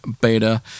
beta